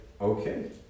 okay